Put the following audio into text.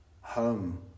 home